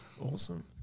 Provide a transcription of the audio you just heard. Awesome